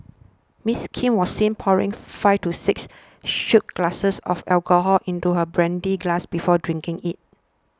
Miss Kim was seen pouring five to six shot glasses of alcohol into her brandy glass before drinking it